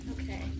Okay